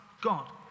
God